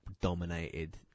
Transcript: dominated